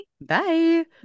Bye